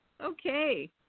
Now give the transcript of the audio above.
Okay